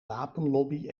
wapenlobby